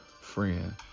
friend